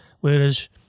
whereas